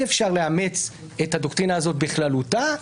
אפשר לאמץ את הדוקטרינה הזאת בכללותה.